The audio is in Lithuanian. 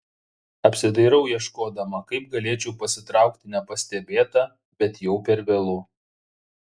apsidairau ieškodama kaip galėčiau pasitraukti nepastebėta bet jau per vėlu